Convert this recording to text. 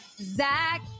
zach